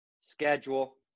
schedule